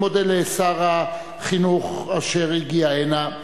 אני מודה לשר החינוך, אשר הגיע הנה,